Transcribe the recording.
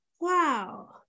Wow